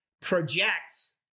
projects